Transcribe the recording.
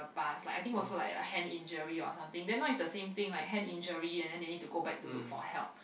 past I think also a hand injury or something then now is a same thing like hand injury and then they need to go back to look for help